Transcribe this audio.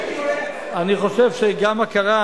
תגידו להם: אין לנו פתרון.